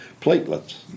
platelets